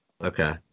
Okay